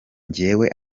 jyewe